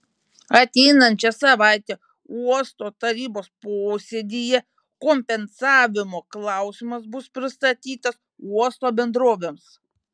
ateinančią savaitę uosto tarybos posėdyje kompensavimo klausimas bus pristatytas uosto bendrovėms